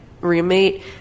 roommate